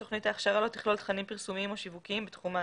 תוכנית ההכשרה לא תכלול תכנים פרסומיים או שיווקיים בתחום ההדברה,